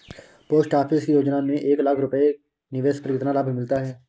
Post office की योजना में एक लाख रूपए के निवेश पर कितना लाभ मिलता है?